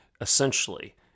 essentially